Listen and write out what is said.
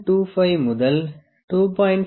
25 முதல் 2